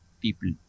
people